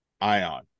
ion